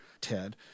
Ted